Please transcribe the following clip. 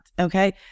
Okay